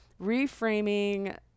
reframing